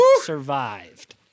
survived